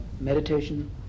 meditation